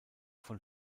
von